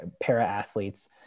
para-athletes